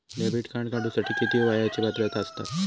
Debit card काढूसाठी किती वयाची पात्रता असतात?